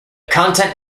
content